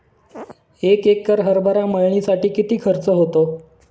एक एकर हरभरा मळणीसाठी किती खर्च होतो?